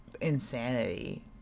insanity